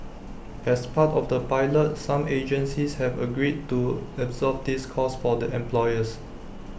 as part of the pilot some agencies have agreed to absorb this cost for the employers